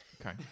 Okay